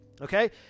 Okay